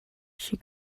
she